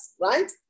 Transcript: right